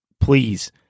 please